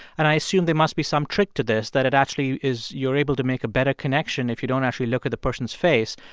and i assume there must be some trick to this, that it actually is you're able to make a better connection if you don't actually look at the person's face,